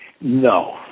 no